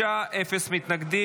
בעד, 45, אפס מתנגדים.